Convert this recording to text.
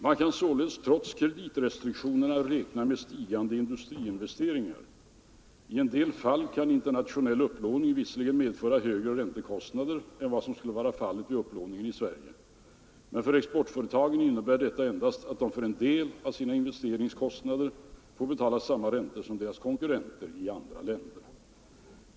Man kan således trots kreditrestriktionerna räkna med stigande industriinvesteringar. I en del fall kan internationell upplåning visserligen medföra högre räntekostnader än vad som skulle varit fallet vid upplåning i Sverige, men för exportföretagen innebär detta endast att de för en del av sina investeringskostnader får betala samma räntor som deras konkurrenter i andra länder.